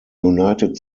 united